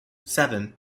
seven